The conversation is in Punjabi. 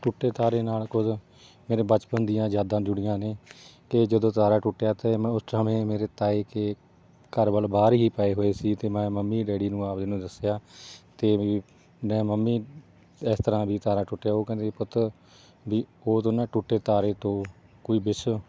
ਟੁੱਟੇ ਤਾਰੇ ਨਾਲ ਕੁਝ ਮੇਰੇ ਬਚਪਨ ਦੀਆਂ ਯਾਦਾਂ ਜੁੜੀਆਂ ਨੇ ਕਿ ਜਦੋਂ ਤਾਰਾ ਟੁੱਟਿਆ ਅਤੇ ਮੈਂ ਉਸ ਸਮੇਂ ਮੇਰੇ ਤਾਏ ਕੇ ਘਰ ਵੱਲ ਬਾਹਰ ਹੀ ਪਏ ਹੋਏ ਸੀ ਅਤੇ ਮੈਂ ਮੰਮੀ ਡੈਡੀ ਨੂੰ ਆਪਣੇ ਨੂੰ ਦੱਸਿਆ ਅਤੇ ਵੀ ਨੇ ਮੰਮੀ ਇਸ ਤਰ੍ਹਾਂ ਵੀ ਤਾਰਾ ਟੁੱਟਿਆ ਉਹ ਕਹਿੰਦੇ ਵੀ ਪੁੱਤ ਵੀ ਓਦੋਂ ਨਾ ਟੁੱਟੇ ਤਾਰੇ ਤੋਂ ਕੋਈ ਵਿਸ਼